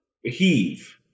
heave